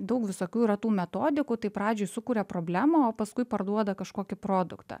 daug visokių yra tų metodikų tai pradžiai sukuria problemų o paskui parduoda kažkokį produktą